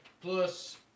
Plus